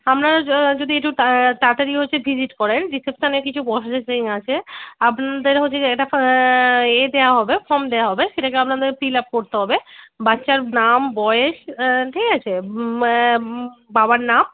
আপনারা য যদি একটু তা তাড়াতাড়ি হচ্ছে ভিজিট করেন রিসেপশনে কিছু প্রসেসিং আছে আপনাদের হচ্ছে গিয়ে এটা এ দেওয়া হবে ফর্ম দেওয়া হবে সেটাকে আপনাদের ফিল আপ করতে হবে বাচ্চার নাম বয়স ঠিক আছে বাবার নাম